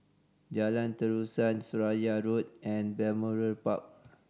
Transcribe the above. Jalan Terusan Seraya Road and Balmoral Park